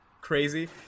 crazy